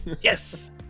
Yes